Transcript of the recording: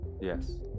yes